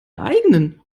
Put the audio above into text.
eigenen